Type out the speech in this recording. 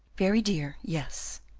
very dear, yes,